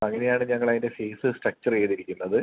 അങ്ങനെ ആണ് ഞങ്ങൾ അതിൻ്റെ ഫീസ് സ്ട്രെക്ചർ ചെയ്തിരിക്കുന്നത്